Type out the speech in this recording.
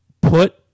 Put